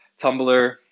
Tumblr